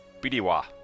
bidiwa